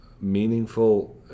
meaningful